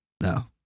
No